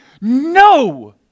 no